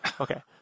Okay